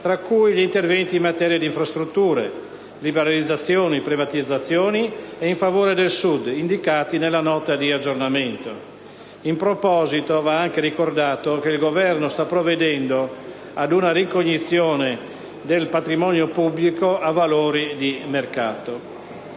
fra cui gli interventi in materia di infrastrutture, liberalizzazioni e privatizzazioni e in favore del Sud, indicati nella Nota di aggiornamento. In proposito, va anche ricordato che il Governo sta provvedendo ad una ricognizione del patrimonio pubblico a valori di mercato.